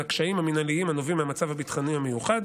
הקשיים המינהליים הנובעים מהמצב הביטחוני המיוחד,